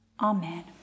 Amen